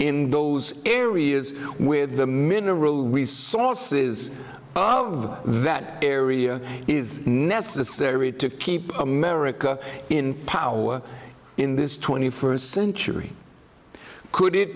in those areas with the mineral resources of that area is necessary to keep america in power in this twenty first century could it